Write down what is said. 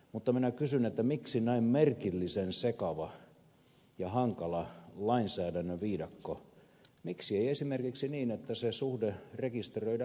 mutta minä kysyn miksi näin merkillisen sekava ja hankala lainsäädännön viidakko miksi ei esimerkiksi niin että se suhde rekisteröidään avioliitoksi